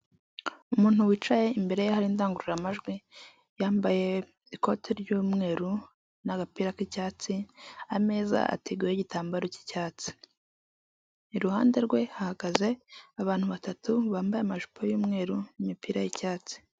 Umuntu wicaye imbere ye hari indangurura majwi, yambaye ikote ry'umweru n'agapira k'icyatsi, ameza ateguyeho igitambaro cy'icyatsi. Iruhande rwe hahagaze abantu batatu bambaye amajipo y'umweru n'imipira y'icyatsi.